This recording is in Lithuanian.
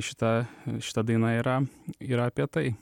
šita šita daina yra yra apie tai